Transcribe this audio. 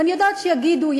ואני יודעת שיגידו,